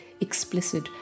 explicit